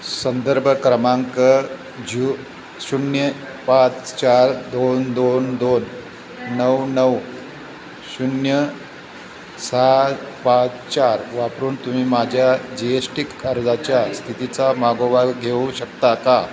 संदर्भ क्रमांक जू शून्य पाच चार दोन दोन दोन नऊ नऊ शून्य सहा पाच चार वापरून तुम्ही माझ्या जी एस टी अर्जाच्या स्थितीचा मागोवा घेऊ शकता का